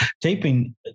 taping